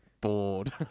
bored